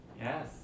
Yes